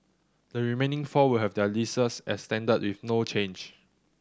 the remaining four will have their leases extended with no change